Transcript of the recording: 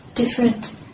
different